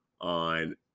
on